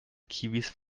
kiwis